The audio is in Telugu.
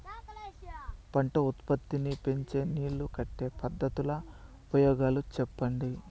పంట ఉత్పత్తి నీ పెంచే నీళ్లు కట్టే పద్ధతుల ఉపయోగాలు చెప్పండి?